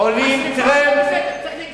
השרפה לא בסדר.